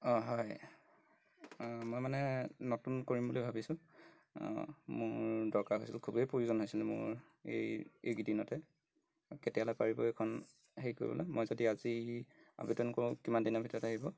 অঁ হয় মই মানে নতুন কৰিম বুলি ভাবিছোঁ মোৰ দৰকাৰ হৈছিল খুবেই প্ৰয়োজন হৈছিল মোৰ এই এইকেইদিনতে কেতিয়ালৈ পাৰিব এইখন হেৰি কৰিবলৈ মই যদি আজি আবেদন কৰোঁ কিমান দিনৰ ভিতৰত আহিব